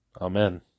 Amen